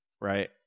right